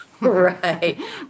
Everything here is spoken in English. Right